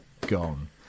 gone